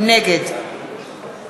נגד